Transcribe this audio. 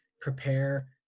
prepare